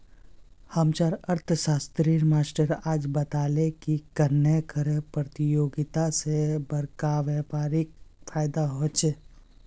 हम्चार अर्थ्शाश्त्रेर मास्टर आज बताले की कन्नेह कर परतियोगिता से बड़का व्यापारीक फायेदा होचे